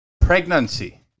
Pregnancy